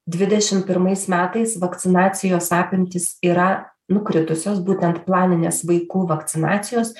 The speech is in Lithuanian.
dvidešim pirmais metais vakcinacijos apimtys yra nukritusios būtent planinės vaikų vakcinacijos